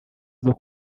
izo